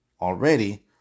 already